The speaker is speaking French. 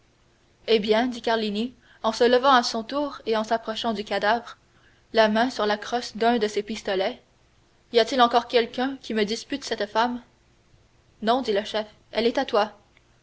eh bien dit carlini en se levant à son tour et en s'approchant du cadavre la main sur la crosse d'un de ses pistolets y a-t-il encore quelqu'un qui me dispute cette femme non dit le chef elle est à toi